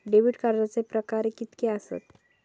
Debit कार्डचे प्रकार कीतके आसत?